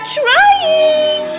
trying